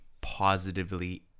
positively